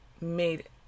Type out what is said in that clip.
made